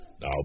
Now